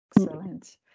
Excellent